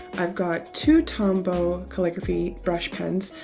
i've got two tombow calligraphy brush pens,